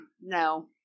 No